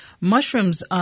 mushrooms –